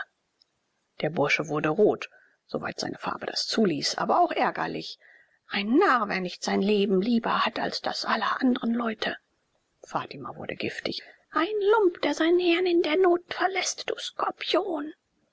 der bursche wurde rot soweit seine farbe das zuließ aber auch ärgerlich ein narr wer nicht sein leben lieber hat als das aller andren leute fatima wurde giftig ein lump der seinen herrn in der not verläßt du skorpion